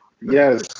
Yes